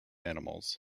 animals